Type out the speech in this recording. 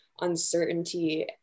uncertainty